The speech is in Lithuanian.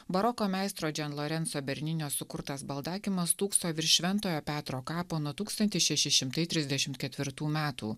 baroko meistro džion lorenco berninio sukurtas baldakimas stūkso virš šventojo petro kapo nuo tūkstantis šeši šimtai trisdešimt ketvirtų metų